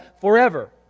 forever